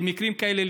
במקרים כאלה,